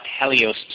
Helios